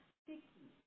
sticky